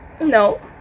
no